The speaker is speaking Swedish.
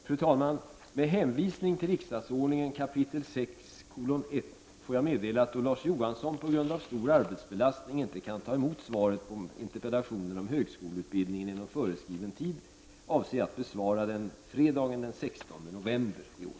Fru talman! Med hänvisning till riksdagsordningen, kap. 6:1 får jag meddela att då Lars Johansson på grund av stor arbetsbelastning inte kan ta emot svaret på interpellationen om högskoleutbildningen inom föreskriven tid avser jag att besvara interpellationen fredagen den 16